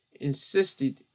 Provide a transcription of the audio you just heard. insisted